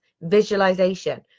visualization